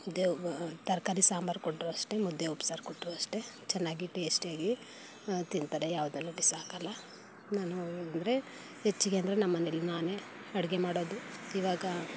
ತರಕಾರಿ ಸಾಂಬಾರು ಕೊಟ್ಟರು ಅಷ್ಟೇ ಮುದ್ದೆ ಉಪ್ಸಾರು ಕೊಟ್ಟರು ಅಷ್ಟೇ ಚೆನ್ನಾಗಿ ಟೇಸ್ಟಿಯಾಗಿ ತಿಂತಾರೆ ಯಾವುದನ್ನೂ ಬಿಸಾಕೋಲ್ಲ ನಾನು ಅಂದರೆ ಹೆಚ್ಚಿಗೆ ಅಂದರೆ ನಮ್ಮನೆಯಲ್ಲಿ ನಾನೇ ಅಡುಗೆ ಮಾಡೋದು ಈವಾಗ